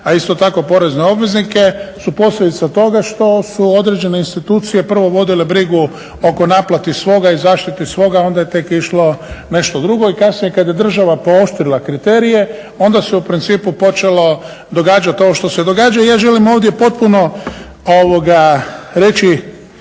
a isto tako porezne obveznike su posljedica toga što su određene institucije prvo vodile brigu oko naplate svoga i zaštiti svoga onda je tek išlo nešto drugo. I kasnije kada je država pooštrila kriterije onda se u principu počelo događati ovo što se događa. I ja želim ovdje potpuno reći